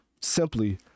simply